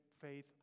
faith